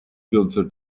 filter